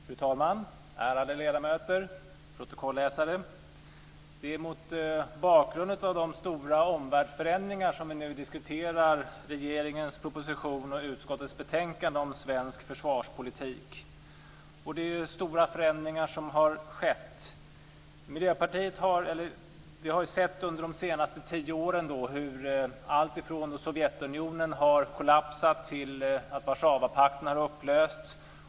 Fru talman! Ärade ledamöter! Protokolläsare! Det är mot bakgrund av de stora omvärldsförändringarna som vi nu diskuterar regeringens proposition och utskottets betänkande om svensk försvarspolitik. Det har skett stora förändringar. Under de senaste tio åren har vi sett alltifrån att Sovjetunionen har kollapsat till att Warszawapakten har upplösts.